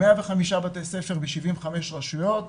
105 בתי ספר ב-75 רשויות.